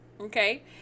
okay